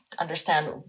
understand